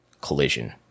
collision